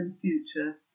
future